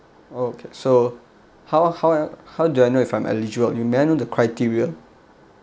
oh okay so how how how do I know if I'm eligible you may I know the criteria